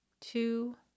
two